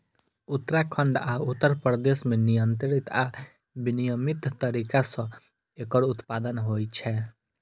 उत्तराखंड आ उत्तर प्रदेश मे नियंत्रित आ विनियमित तरीका सं एकर उत्पादन होइ छै